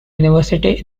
university